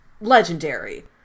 legendary